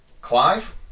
Clive